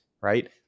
right